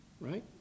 right